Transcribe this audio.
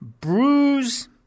bruise